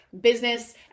business